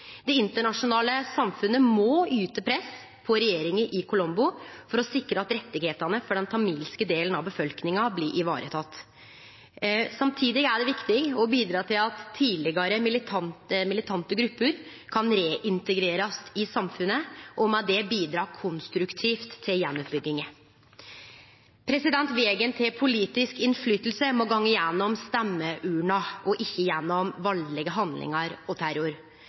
Det internasjonale samfunnet må yte press på regjeringa i Colombo for å sikre at rettane for den tamilske delen av befolkninga blir ivaretekne. Samtidig er det viktig å bidra til at tidlegare militante grupper kan integrerast i samfunnet igjen og med det bidra konstruktivt til gjenoppbygginga. Vegen til politisk innflytelse må gå gjennom stemmeurna og ikkje gjennom valdelege handlingar og terror.